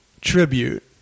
tribute